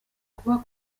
kuba